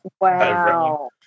Wow